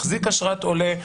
מחזיק אשרת עולה,